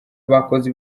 bakoze